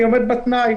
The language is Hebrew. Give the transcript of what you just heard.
אני עומד בתנאי.